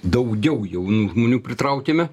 daugiau jaunų žmonių pritraukėme